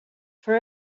for